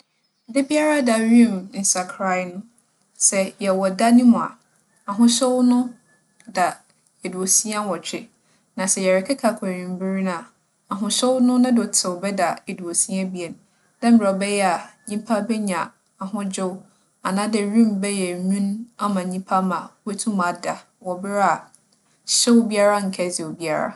Dabiara da wimu nsakrae no, sɛ yɛwͻ da no mu a, ahohyew no da eduosia nwͻtwe. Na sɛ yɛrekeka kͻ ewimber no a, ahohyew no ne do tsew bɛda eduosia ebien dɛ mbrɛ ͻbɛyɛ a nyimpa benya ahodwo anaadɛ wimu bɛyɛ nwin ama nyimpa ma oetum ada wͻ ber a hyew nnkɛdze obiara.